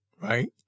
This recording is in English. Right